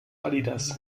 adidas